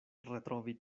retrovi